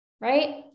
Right